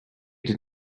did